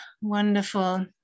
wonderful